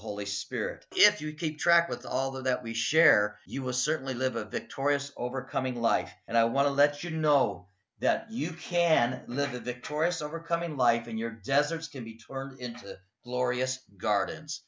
holy spirit if you keep track with all that we share you will certainly live a victorious overcoming life and i want to let you know that you can live the victorious overcoming life in your deserts can be turned into glorious gardens